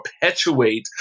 perpetuate